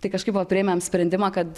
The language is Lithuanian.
tai kažkaip va priėmėm sprendimą kad